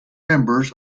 members